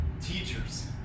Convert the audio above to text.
teachers